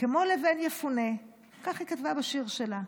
כמו לבן יפונה, כך היא כתבה בשיר שלה.